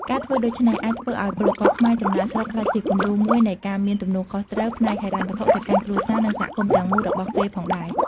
ការធ្វើដូច្នេះ អាចធ្វើឱ្យពលករខ្មែរចំណាកស្រុកក្លាយជាគំរូមួយនៃការមានទំនួលខុសត្រូវផ្នែកហិរញ្ញវត្ថុទៅកាន់គ្រួសារ និងសហគមន៍ទាំងមូលរបស់គេផងដែរ។